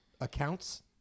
Accounts